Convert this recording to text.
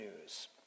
news